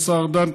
עם השר ארדן,